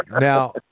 Now